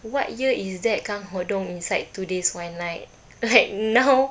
what year is that kang ho dong inside two days one night like now